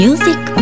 Music